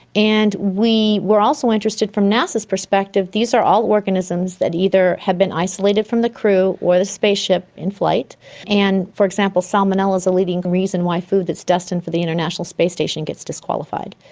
and we were also interested from nasa's perspective, these are all organisms that either have been isolated from the crew or the space ship in flight and, for example, salmonella is the leading reason why food that is destined for the international space station gets disqualified.